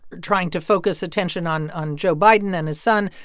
trying to focus attention on on joe biden and his son.